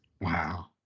Wow